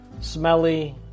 smelly